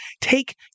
take